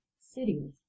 cities